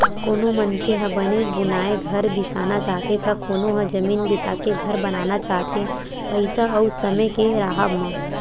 कोनो मनखे ह बने बुनाए घर बिसाना चाहथे त कोनो ह जमीन बिसाके घर बनाना चाहथे पइसा अउ समे के राहब म